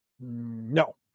no